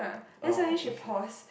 oh okay